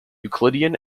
euclidean